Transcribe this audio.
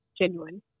genuine